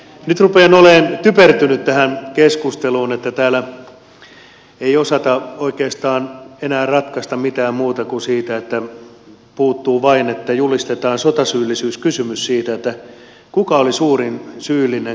nyt rupean olemaan typertynyt tähän keskusteluun että täällä ei osata oikeastaan enää ratkaista mitään muuta puuttuu vain että julistetaan sotasyyllisyyskysymys siitä kuka oli suurin syyllinen kun tähän mentiin